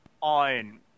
on